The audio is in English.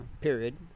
Period